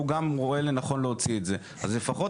גם רואה לנכון להוציא את זה אז לפחות,